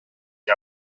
que